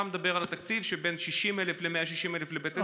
אתה מדבר על תקציב שבין 60,000 ל-160,000 לבית ספר,